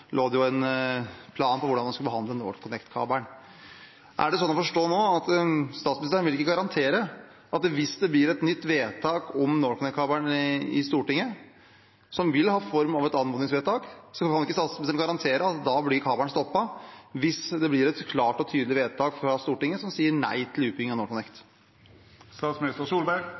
lå det en plan for hvordan man skulle behandle NorthConnect-kabelen. Er det nå sånn å forstå at hvis det blir et nytt vedtak om NorthConnect-kabelen i Stortinget som vil ha form av et anmodningsvedtak, kan ikke statsministeren garantere at kabelen blir stoppet – hvis det blir et klart og tydelig vedtak fra Stortinget som sier nei til utbygging av